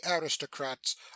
aristocrats